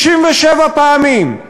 67 פעמים,